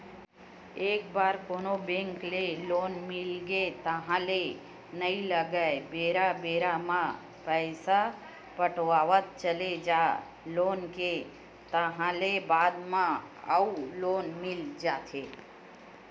एक बार कोनो बेंक ले लोन मिलगे ताहले नइ लगय बेरा बेरा म पइसा पटावत चले जा लोन के ताहले बाद म अउ लोन मिल जाथे